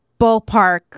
ballpark